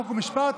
חוק ומשפט,